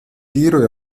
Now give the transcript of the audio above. tiro